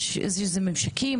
יש ממשקים?